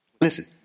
Listen